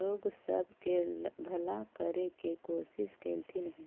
लोग सब के भला करे के कोशिश कयलथिन हे